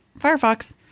Firefox